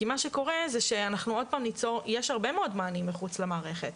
יש הרבה מאוד מענים מחוץ למערכת,